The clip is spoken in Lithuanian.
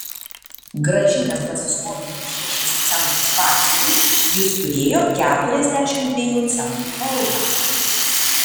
grąžinęs pasiskolintus šešis centus batsiuviui jis turėjo keturiasdešimt dviejų centų pelną